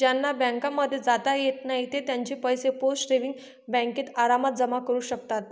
ज्यांना बँकांमध्ये जाता येत नाही ते त्यांचे पैसे पोस्ट सेविंग्स बँकेत आरामात जमा करू शकतात